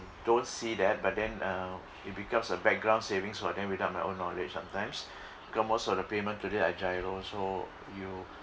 don't see that but then uh it becomes a background savings for them without my own knowledge sometimes cause most of the payment today I GIRO so you